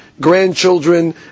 grandchildren